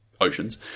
oceans